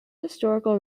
historical